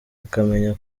akamenya